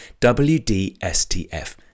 WDSTF